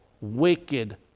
wicked